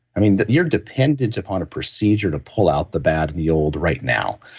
i mean, you're dependent upon a procedure to pull out the bad and the old right now.